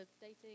dating